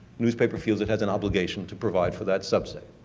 newspaper feels it has an obligation to provide for that subset.